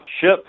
ship